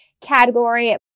category